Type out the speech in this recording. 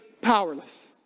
powerless